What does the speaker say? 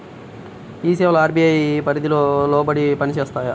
ఈ సేవలు అర్.బీ.ఐ పరిధికి లోబడి పని చేస్తాయా?